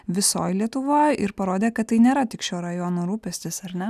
visoj lietuvoj ir parodė kad tai nėra tik šio rajono rūpestis ar ne